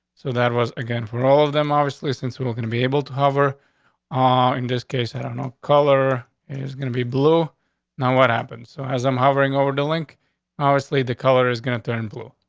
so that was again for all of them. obviously, since we're gonna be able to hover ah, in this case, i don't know color. and he's gonna be blue now what happens? so as i'm hovering over the link obviously the color is gonna turn blue,